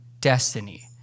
destiny